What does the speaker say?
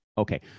Okay